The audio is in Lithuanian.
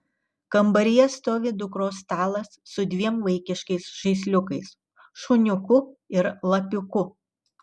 kambaryje stovi dukros stalas su dviem vaikiškais žaisliukais šuniuku ir lapiuku